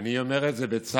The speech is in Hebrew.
אני אומר את זה בצער: